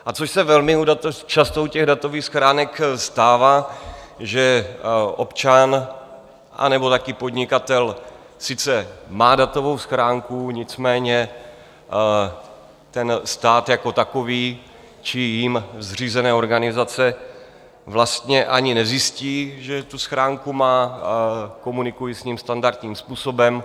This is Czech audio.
A co se velmi často u datových schránek stává, že občan anebo taky podnikatel sice má datovou schránku, nicméně stát jako takový či jím zřízené organizace vlastně ani nezjistí, že tu schránku má, a komunikuji s ním standardním způsobem.